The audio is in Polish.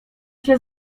się